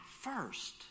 first